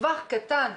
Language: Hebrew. טווח קטן,